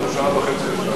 אבל שעה וחצי הקשבתי.